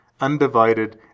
undivided